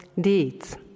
deeds